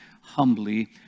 humbly